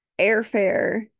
airfare